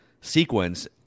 sequence